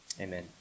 Amen